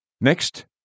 Next